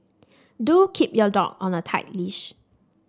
do keep your dog on a tight leash